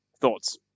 Thoughts